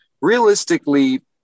realistically